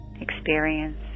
experience